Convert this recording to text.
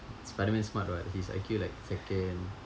spiderman's smart [what] his I_Q like second